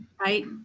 right